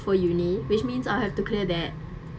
for uni which means I have to clear that